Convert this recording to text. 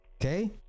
Okay